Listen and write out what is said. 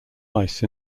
ice